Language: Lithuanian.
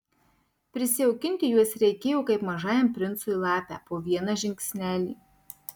prisijaukinti juos reikėjo kaip mažajam princui lapę po vieną žingsnelį